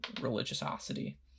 religiosity